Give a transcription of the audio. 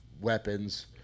weapons